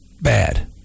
bad